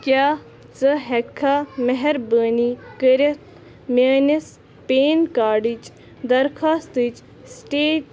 کیٛاہ ژٕ ہٮ۪کٕکھا مہربٲنی کٔرِتھ میٛٲنِس پین کارڈٕچ درخواستٕچ سِٹیٹ